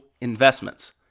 investments